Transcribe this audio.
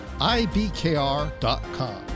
IBKR.com